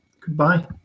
goodbye